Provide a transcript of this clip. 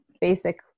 Basic